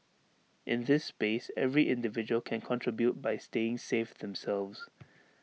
in this space every individual can contribute by staying safe themselves